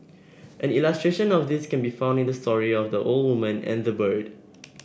an illustration of this can be found in the story of the old woman and the bird